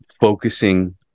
focusing